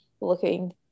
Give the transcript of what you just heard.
looking